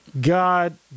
God